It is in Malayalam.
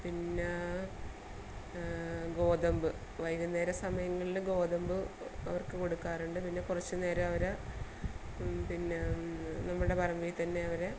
പിന്നെ ഗോതമ്പ് വൈകുന്നേരം സമയങ്ങളിൽ ഗോതമ്പ് അവർക്ക് കൊടുക്കാറുണ്ട് പിന്നെ കുറച്ച് നേരം അവരാ പിന്നെ നമ്മുടെ പറമ്പിൽ തന്നെ അവരെ